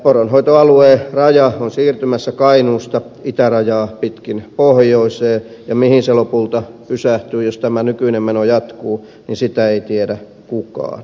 poronhoitoalueen raja on siirtymässä kainuusta itärajaa pitkin pohjoiseen ja mihin se lopulta pysähtyy jos tämä nykyinen meno jatkuu sitä ei tiedä kukaan